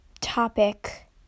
topic